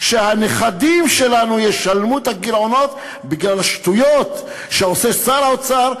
שהנכדים שלנו ישלמו, בגלל השטויות שעושה שר האוצר.